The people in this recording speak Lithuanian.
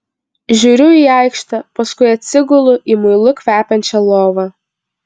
žiūriu į aikštę paskui atsigulu į muilu kvepiančią lovą